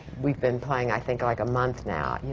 we've been playing, i think, like a month now. you